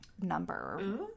number